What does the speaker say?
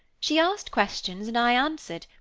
she asked questions, and i answered,